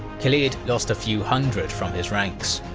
khalid lost a few hundred from his ranks.